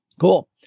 cool